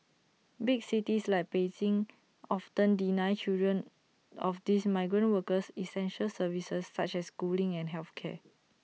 big cities like Beijing often deny children of these migrant workers essential services such as schooling and health care